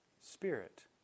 spirit